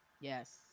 yes